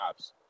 apps